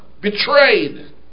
Betrayed